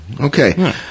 Okay